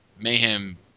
mayhem